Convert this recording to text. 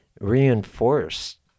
reinforced